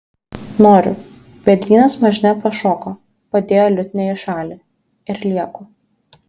noriu vėdrynas mažne pašoko padėjo liutnią į šalį ir lieku